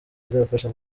zizabafasha